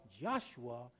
Joshua